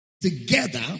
together